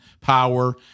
power